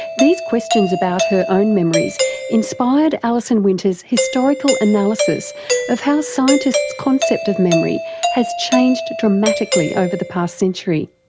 these questions about her own memories inspired alison winter's historical analysis of how scientists' concept of memory has changed dramatically over the past century.